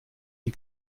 die